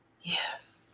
Yes